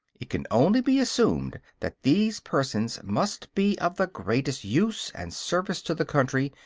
it can only be assumed that these persons must be of the greatest use and service to the country,